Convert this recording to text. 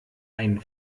ein